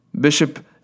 Bishop